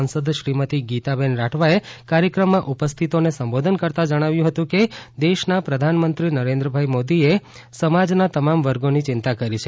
સાંસદ શ્રીમતી ગીતાબેન રાઠવા એ કાર્યક્રમમાં ઉપસ્થિતોને સંબોધન કરતાં જણાવ્યું હતું કે દેશના પ્રધાનમંત્રી નરેન્દ્રભાઇ મોદીએ સમાજના તમામ વર્ગોની ચિંતા કરી છે